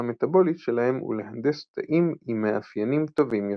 המטבולית שלהם ולהנדס תאים עם מאפיינים טובים יותר.